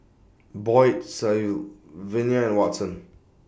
Boyd Sylvania William Watson